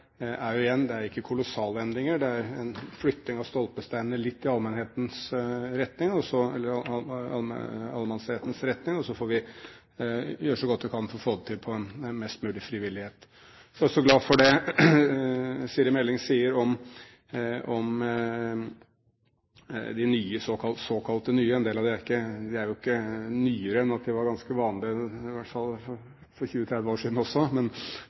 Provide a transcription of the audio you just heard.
er ikke kolossale endringer. Det er flytting av stolpesteiner – litt i allemannsrettens retning – og så får vi gjøre så godt vi kan for å få det til på en mest mulig frivillig måte. Jeg er også glad for det Siri Meling sier om de såkalte nye friluftsformene – en del av dem er jo ikke nyere enn at de var ganske vanlige i hvert fall for 20–30 år siden også